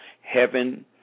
heaven